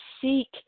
seek